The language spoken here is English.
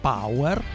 Power